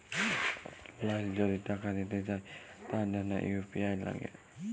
অললাইল যদি টাকা দিতে চায় তার জনহ ইউ.পি.আই লাগে